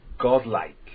godlike